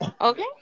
Okay